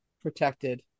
protected